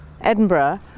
Edinburgh